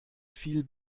viel